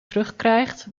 terugkrijgt